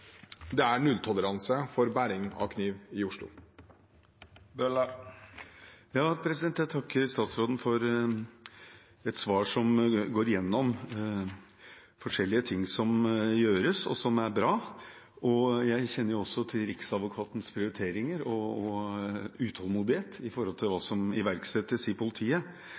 Det er nulltoleranse for bæring av kniv i Oslo. Jeg takker statsråden for et svar der han går gjennom forskjellige ting som gjøres, og som er bra. Jeg kjenner også til Riksadvokatens prioriteringer og utålmodighet med hensyn til hva som iverksettes i politiet,